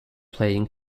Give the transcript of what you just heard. playing